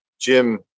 Jim